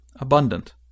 abundant